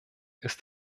ist